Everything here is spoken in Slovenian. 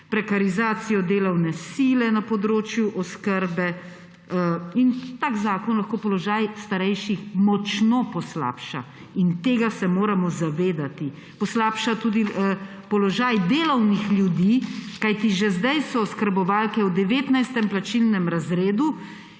prekarizacijo delovne sile na področju oskrbe; in tak zakon lahko položaj starejših močno poslabša. In tega se moramo zavedati. Poslabša tudi položaj delovnih ljudi, kajti že zdaj so oskrbovalke v 19. plačilnem razredu,